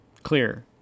clear